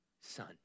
son